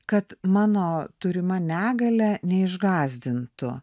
kad mano turima negalia neišgąsdintų